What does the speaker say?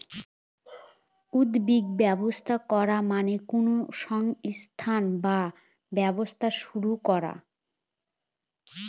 উদ্যোগী ব্যবস্থা করা মানে কোনো সংস্থা বা ব্যবসা শুরু করা